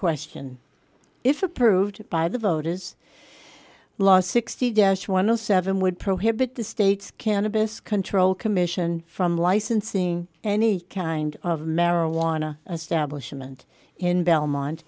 question if approved by the voters last sixty dash one o seven would prohibit the state's cannabis control commission from licensing any kind of marijuana stablish mint in belmont